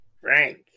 Frank